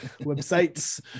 Websites